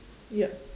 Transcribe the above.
yup